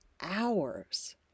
hours